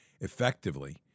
effectively